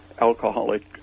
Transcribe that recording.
alcoholic